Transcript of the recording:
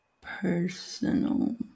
personal